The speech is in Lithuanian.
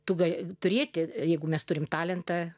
tu gali turėti jeigu mes turime talentą